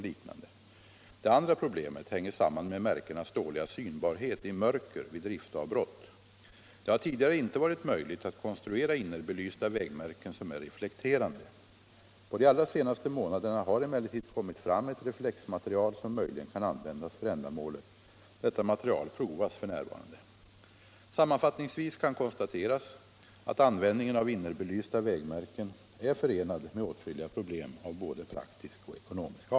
Mycket stora besparingar torde kunna göras genom att successivt ersätta ytterbelysta vägmärken med innerbelysta. 1. Är statsrådet beredd att låta utvärdera skillnaden på ytterbelysta och innerbelysta vägmärken? 2. Är statsrådet beredd att rekommendera vägverket och kommuner en övergång till innerbelysta vägmärken om dessa visar sig mera ekonomiska?